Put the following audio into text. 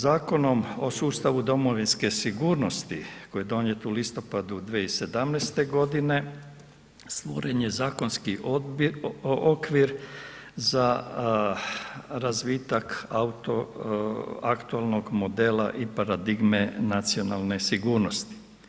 Zakonom o sustavu domovinske sigurnosti koji je donijet u listopadu 2017. g. stvoren je zakonski okvir za razvitak aktualnog modela i paradigme nacionalne sigurnosti.